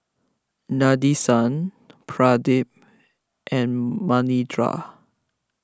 Nadesan Pradip and Manindra